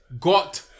Got